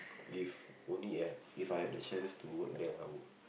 if only If I had the chance to work there I would